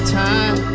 time